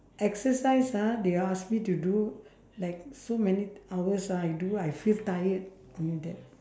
exercise ah they ask me to do like so many hours ah I do I feel tired I mean that